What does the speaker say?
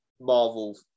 Marvel